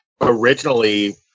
originally